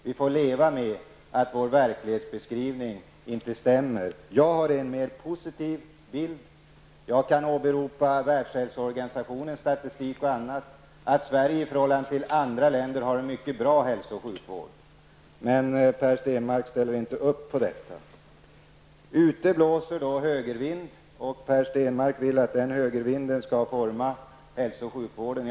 Vi får leva med att våra verklighetsbeskrivningar inte stämmer överens. Jag har en mer positiv bild. Jag kan åberopa Världshälsoorganisationens statistik och annat enligt vilka Sverige i förhållande till andra länder har en mycket bra hälso och sjukvård. Men Per Stenmarck ställer sig inte bakom detta. Ute blåser då högervind. Och Per Stenmarck vill att den högervinden skall forma hälso och sjukvården.